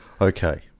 Okay